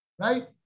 Right